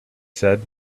said